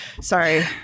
Sorry